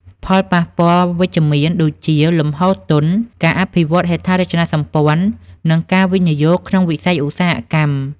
ផលប៉ះពាល់វិជ្ជមានដូចជា លំហូរទុន ការអភិវឌ្ឍន៍ហេដ្ឋារចនាសម្ព័ន្ធ និងការវិនិយោគក្នុងវិស័យឧស្សាហកម្ម។